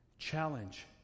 challenge